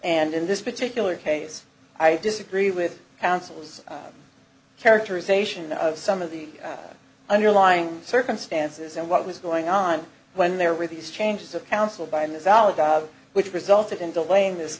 and in this particular case i disagree with counsel's characterization of some of the underlying circumstances and what was going on when there were these changes of counsel by ms ali which resulted in delaying this